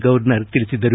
governor ತಿಳಿಸಿದರು